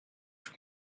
from